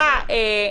סליחה,